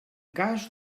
cas